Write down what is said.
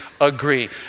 agree